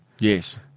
Yes